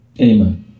amen